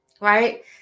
Right